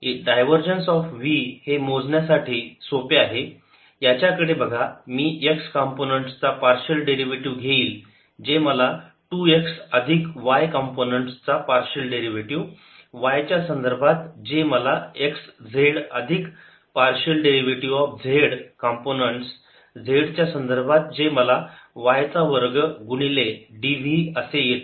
divergence of v हे मोजण्यासाठी सोपे आहे याच्याकडे बघा मी x कंपोनेंट्स चा पार्शियल डेरिव्हेटिव्ह घेईल जे मला 2x अधिक y कंपोनेंट्स चा पार्शियल डेरिव्हेटिव्ह y च्या संदर्भात जे मला x z अधिक partial derivative of z components z च्या संदर्भात जे मला y चा वर्ग गुणिले dv असे येते